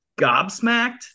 gobsmacked